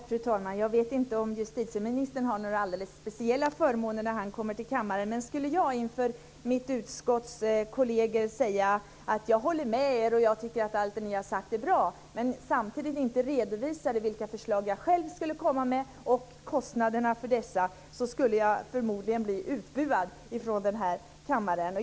Fru talman! Jag vet inte om justitieministern har några alldeles speciella förmåner när han kommer till kammaren. Om jag, inför mina utskottskolleger, skulle säga att jag håller med dem och att jag tycker allt de har sagt är bra samtidigt som jag inte redovisade vilka förslag jag själv skulle komma med och kostnaderna för dessa, skulle jag förmodligen bli utbuad ifrån den här kammaren.